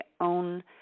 own